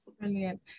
Brilliant